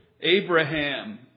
Abraham